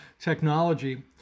technology